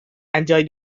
enjoy